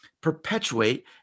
perpetuate